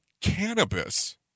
cannabis